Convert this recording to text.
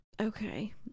Okay